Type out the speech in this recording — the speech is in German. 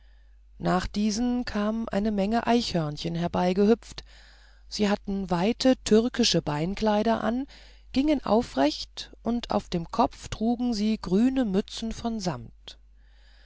nach diesen kam eine menge eichhörnchen hereingehüpft sie hatten weite türkische beinkleider an gingen aufrecht und auf dem kopf trugen sie grüne mützchen von samt